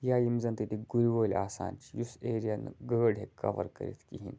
یا یِم زَن تہِ ییٚتِکۍ گُرۍ وٲلۍ آسان چھِ یُس ایریا نہٕ گٲڑۍ ہیٚکہِ کَوَر کٔرِتھ کِہیٖنۍ